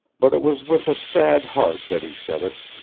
but it was with a sad heart that he said it,